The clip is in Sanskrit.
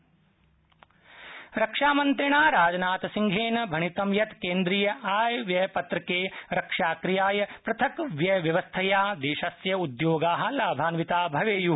रक्षामंत्री राजनाथ सिंह रक्षामंत्रिणा राजनाथसिंहेन भणितं यत् केन्द्रीय आय व्यय पत्रके रक्षाक्रयाय पृथक व्ययव्यवस्थया देशस्य उद्योगा लाभान्विता भवेयू